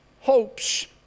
hopes